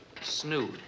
snood